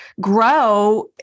grow